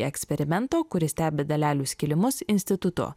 eksperimento kuris stebi dalelių skilimus institutu